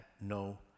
no